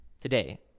Today